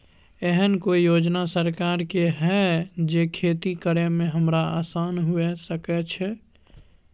एहन कौय योजना सरकार के है जै खेती करे में हमरा आसान हुए सके छै?